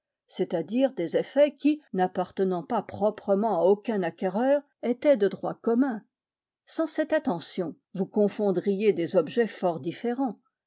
c'est-à-dire des effets qui n'appartenant pas proprement à aucun acquéreur étaient de droit commun sans cette attention vous confondriez des objets fort différents